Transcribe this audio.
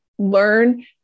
Learn